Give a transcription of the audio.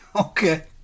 Okay